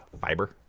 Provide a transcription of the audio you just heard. Fiber